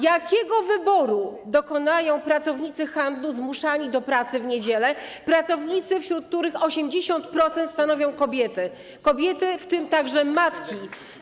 Jakiego wyboru dokonają pracownicy handlu zmuszani do pracy w niedzielę, pracownicy, wśród których 80% stanowią kobiety, w tym także matki?